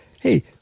hey